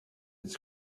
its